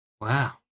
Wow